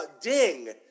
ding